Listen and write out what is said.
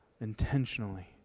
intentionally